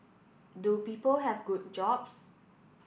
do people have good jobs